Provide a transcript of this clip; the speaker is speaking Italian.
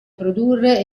produrre